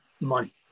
money